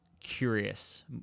curious